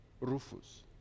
Rufus